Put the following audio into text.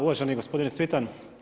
Uvaženi gospodine Cvitan.